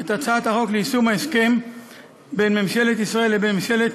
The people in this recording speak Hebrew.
את הצעת חוק ליישום ההסכם בין ממשלת מדינת ישראל לבין ממשלת